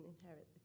inherit